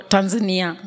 Tanzania